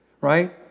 right